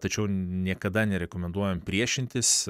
tačiau niekada nerekomenduojam priešintis